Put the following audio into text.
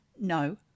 No